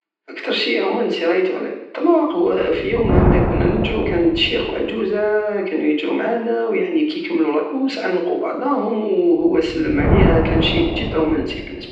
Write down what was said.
اكتر شيء رومنسي رايته على الاطلاق هو في يوم هكدا كونا نجرو كانت شيخ وعجوزة كانو يجرو معانا ويعني كي كملو لا كورس عنقو بعضاهم وهو سلم عليها وكان شيء جد رومنسي بالنسبة لية